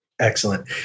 Excellent